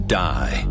die